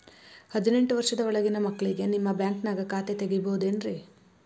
ಹದಿನೆಂಟು ವರ್ಷದ ಒಳಗಿನ ಮಕ್ಳಿಗೆ ನಿಮ್ಮ ಬ್ಯಾಂಕ್ದಾಗ ಖಾತೆ ತೆಗಿಬಹುದೆನ್ರಿ?